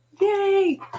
yay